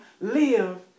live